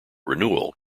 renewal